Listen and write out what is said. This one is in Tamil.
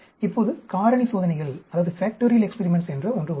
இப்போது காரணி சோதனைகள் என்று ஒன்று உள்ளது